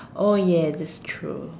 oh yeah that's true